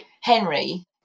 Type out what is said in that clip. Henry